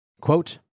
Quote